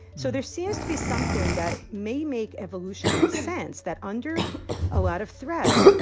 so there seems to be something that may make evolutionary sense that under a lot of threat,